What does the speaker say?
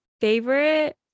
favorite